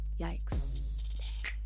Yikes